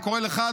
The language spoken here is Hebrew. אני קורא לך,